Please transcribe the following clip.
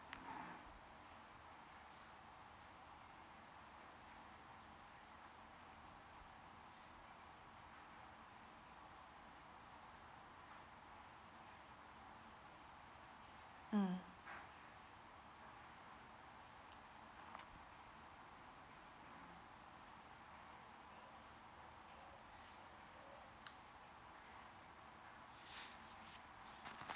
mm